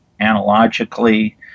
Analogically